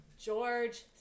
George